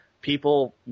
people